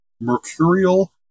mercurial